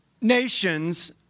nations